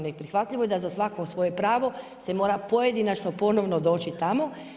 Neprihvatljivo je da za svako svoje pravo se mora pojedinačno ponovno doći tamo.